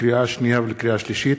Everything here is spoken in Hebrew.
לקריאה שנייה ולקריאה שלישית,